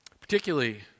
particularly